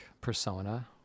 persona